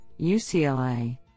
UCLA